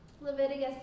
Leviticus